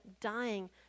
dying